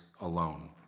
alone